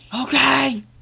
Okay